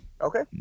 Okay